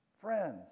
Friends